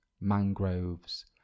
mangroves